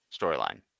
storyline